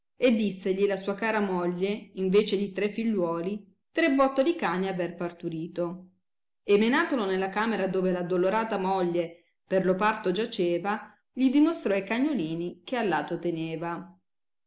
e dissegli la sua cara moglie in vece di tre figliuoli tre bottoli cani aver parturito e menatolo nella camera dove la addolorata moglie per lo parto giaceva gli dimostrò e cagnolini che al lato teneva